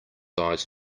eyes